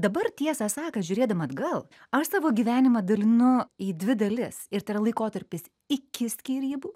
dabar tiesą sakant žiūrėdama atgal aš savo gyvenimą dalinu į dvi dalis ir tai yra laikotarpis iki skyrybų